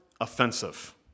offensive